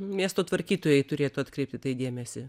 miesto tvarkytojai turėtų atkreipti dėmesį